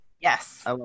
Yes